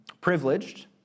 privileged